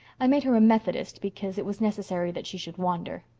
i made her a methodist because it was necessary that she should wander.